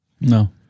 No